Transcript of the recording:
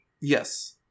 Yes